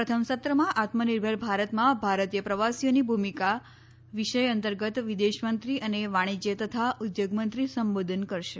પ્રથમ સત્રમાં આત્મનિર્ભર ભારતમાં ભારતીય પ્રવાસીઓની ભૂમિકા વિષય અંતર્ગત વિદેશમંત્રી અને વાણિજ્ય તથા ઉદ્યોગમંત્રી સંબોધન કરશે